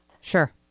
Sure